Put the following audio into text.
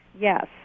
Yes